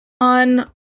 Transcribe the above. on